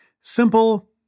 Simple